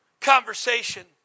Conversation